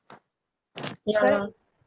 ya right